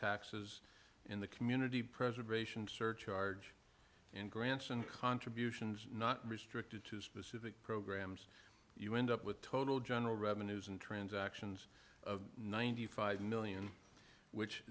taxes in the community preservation surcharge and grants and contributions not restricted to specific programs you end up with total general revenues and transactions of ninety five million which